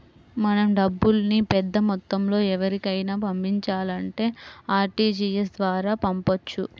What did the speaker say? మనం డబ్బుల్ని పెద్దమొత్తంలో ఎవరికైనా పంపించాలంటే ఆర్టీజీయస్ ద్వారా పంపొచ్చు